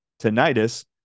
tinnitus